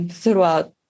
throughout